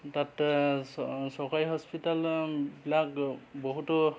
তাত চ চৰকাৰী হস্পিতেলবিলাক বহুতো